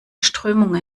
strömung